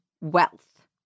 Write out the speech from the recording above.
wealth